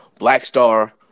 Blackstar